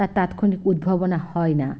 তার তাৎক্ষণিক উদ্ভাবনা হয় না